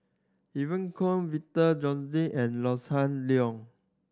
Evon Kow Victor Doggett and Hossan Leong